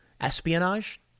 espionage